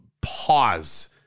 pause